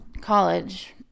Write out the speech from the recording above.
college